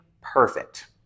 perfect